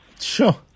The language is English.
Sure